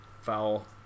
foul